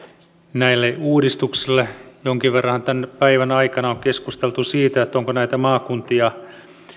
näille uudistuksille jonkin verranhan tämän päivän aikana on keskusteltu siitä onko näitä maakuntia